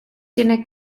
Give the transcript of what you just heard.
tiene